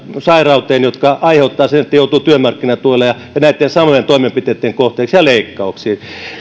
ja jotka aiheuttavat sen että joutuu työmarkkinatuelle ja ja näitten samojen toimenpiteitten kohteeksi ja leikkauksiin